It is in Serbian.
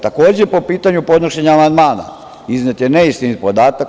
Takođe, po pitanju podnošenja amandmana, iznet je neistinit podatak.